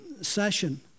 session